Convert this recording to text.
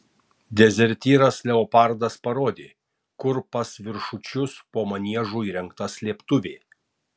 dezertyras leopardas parodė kur pas viršučius po maniežu įrengta slėptuvė